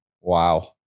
Wow